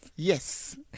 yes